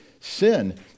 sin